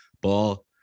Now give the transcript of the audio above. Ball